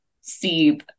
see